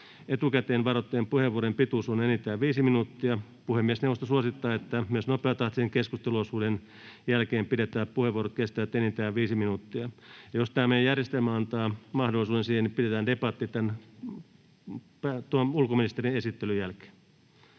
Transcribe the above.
Etukäteen varattujen puheenvuorojen pituus on enintään 5 minuuttia. Puhemiesneuvosto suosittaa, että myös nopeatahtisen keskusteluosuuden jälkeen pidettävät puheenvuorot kestävät enintään 5 minuuttia. Ja jos tämä meidän järjestelmämme antaa mahdollisuuden siihen, niin pidetään debatti ulkoministerin esittelyn jälkeen.